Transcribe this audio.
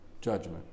judgment